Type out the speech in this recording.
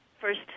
first